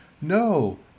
No